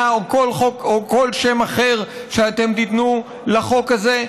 או כל שם אחר שאתם תיתנו לחוק הזה,